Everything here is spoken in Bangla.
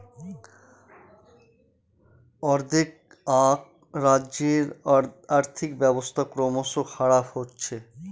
অ্দেআক রাজ্যের আর্থিক ব্যবস্থা ক্রমস খারাপ হচ্ছে